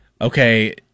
okay